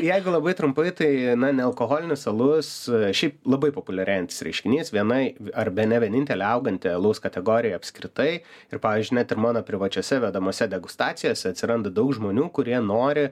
jeigu labai trumpai tai na nealkoholinis alus šiaip labai populiarėjantis reiškinys vienai ar bene vienintelė auganti alaus kategorija apskritai ir pavyzdžiui net ir mano privačiose vedamose degustacijose atsiranda daug žmonių kurie nori